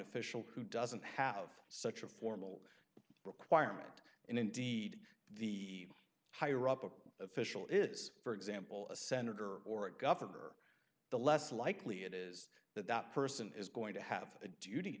official who doesn't have such a formal requirement and indeed the higher up of official is for example a senator or a governor the less likely it is that that person is going to have a duty